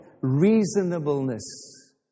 Reasonableness